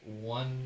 one